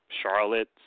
Charlotte